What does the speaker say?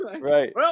right